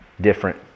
different